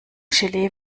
gelee